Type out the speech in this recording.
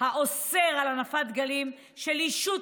האוסר על הנפת דגלים של ישות,